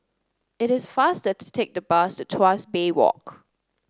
it is faster to take the bus to Tuas Bay Walk